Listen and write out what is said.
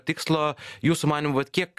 tikslo jūsų manymu vat kiek